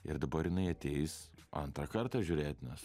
ir dabar jinai ateis antrą kartą žiūrėt nes